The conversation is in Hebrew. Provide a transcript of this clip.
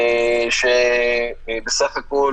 בסך הכול